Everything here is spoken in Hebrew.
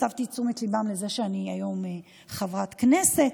הסבתי את תשומת ליבם לכך שהיום אני חברת כנסת.